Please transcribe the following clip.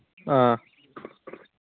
ꯑꯥ